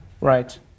Right